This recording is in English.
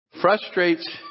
frustrates